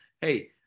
hey